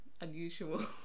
unusual